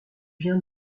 vient